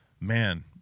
man